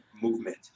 movement